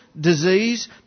disease